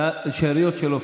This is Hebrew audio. זה השאריות של אופיר.